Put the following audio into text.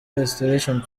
restoration